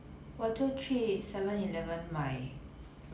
我就去 seven eleven 买